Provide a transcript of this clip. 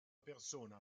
persona